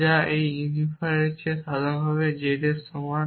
যা এই ইউনিফায়ারের চেয়ে সাধারণভাবে z এর সমান